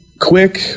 quick